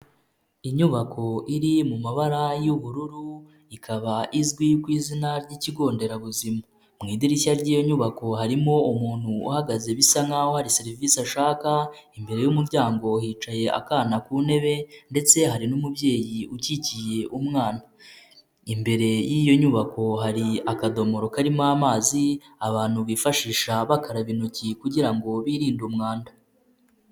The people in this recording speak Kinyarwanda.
Inyubako iri mu mabara y'ubururu ikaba izwi ku izina ry'ikigo nderabuzima mu idirishya ry'iyo nyubako harimo umuntu uhagaze bisa nkaho hari serivisi ashaka, imbere y'umuryango hicaye akana ku ntebe ndetse hari n'umubyeyi ukikiye umwana, imbere y'iyo nyubako hari akadomoro karimo amazi abantu bifashisha bakaraba intoki kugira ngo birinde umwanda.